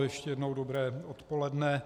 Ještě jednou dobré odpoledne.